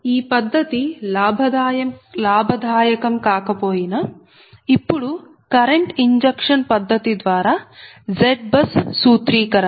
ఈ పద్ధతి లాభదాయకం కాకపోయినా ఇప్పుడు కరెంట్ ఇంజెక్షన్ పద్ధతి ద్వారా ZBUS సూత్రీకరణ